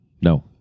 No